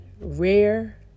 rare